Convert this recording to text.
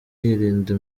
yirinda